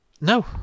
No